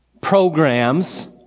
programs